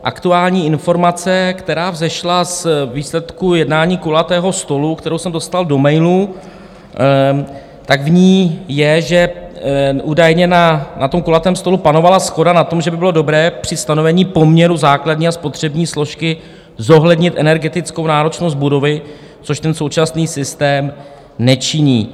V aktuální informaci, která vzešla z výsledků jednání kulatého stolu, kterou jsem dostal do mailu, je, že údajně na tom kulatém stolu panovala shoda na tom, že by bylo dobré při stanovení poměru základní a spotřební složky zohlednit energetickou náročnost budovy, což současný systém nečiní.